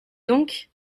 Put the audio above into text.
donc